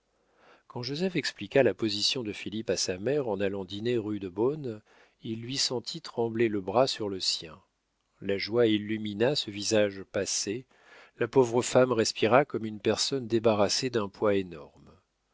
quand joseph expliqua la position de philippe à sa mère en allant dîner rue de beaune il lui sentit trembler le bras sur le sien la joie illumina ce visage passé la pauvre femme respira comme une personne débarrassée d'un poids énorme